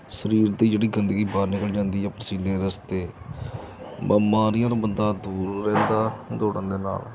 ਸਰੀਰ ਦੀ ਜਿਹੜੀ ਗੰਦਗੀ ਬਾਹਰ ਨਿਕਲ ਜਾਂਦੀ ਹੈ ਪਸੀਨੇ ਰਸਤੇ ਬਿਮਾਰੀਆਂ ਤੋਂ ਬੰਦਾ ਦੂਰ ਰਹਿੰਦਾ ਦੌੜਨ ਦੇ ਨਾਲ